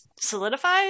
solidifies